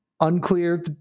Unclear